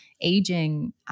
Aging